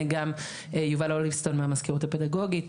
גם יובל אוליבסטון מהמזכירות הפדגוגית,